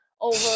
over